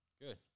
good